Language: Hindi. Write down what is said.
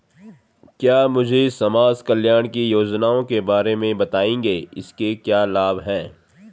क्या मुझे समाज कल्याण की योजनाओं के बारे में बताएँगे इसके क्या लाभ हैं?